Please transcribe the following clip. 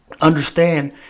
Understand